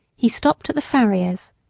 he stopped at the farrier's,